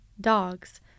dogs